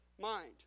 mind